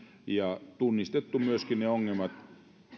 ja tunnistettu myöskin ne ongelmat